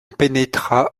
pénétra